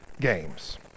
games